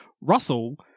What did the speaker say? Russell